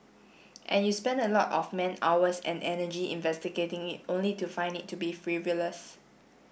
and you spend a lot of man hours and energy investigating it only to find it to be frivolous